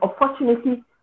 unfortunately